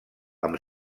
amb